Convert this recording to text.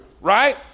right